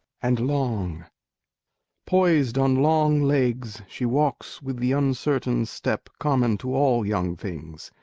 and long poised on long legs she walks with the uncertain step common to all young things.